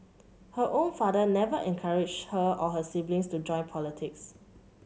her own father never encouraged her or her siblings to join politics